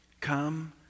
Come